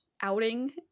outing